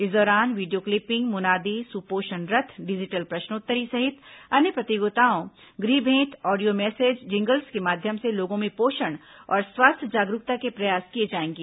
इस दौरान video clipping मुनादी सुपोषण रथ डिजिटल प्रश्नोत्तरी सहित अन्य प्रतियोगिताओं गृह भेंट ऑडियो मैसेज जिंगल्स के माध्यम से लोगों में पोषण और स्वास्थ्य जागरूकता के प्रयास किए जाएंगे